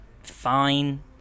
Fine